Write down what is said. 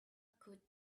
good